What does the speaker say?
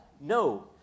No